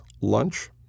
lunch